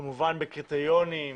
כמובן בקריטריונים,